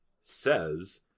says